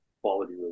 quality